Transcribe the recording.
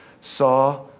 saw